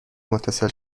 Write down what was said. متصل